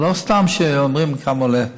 לא סתם שואלים כמה עולה.